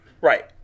Right